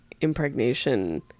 impregnation